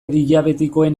diabetikoen